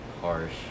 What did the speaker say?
harsh